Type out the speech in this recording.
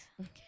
Okay